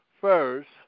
first